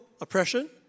oppression